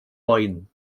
binding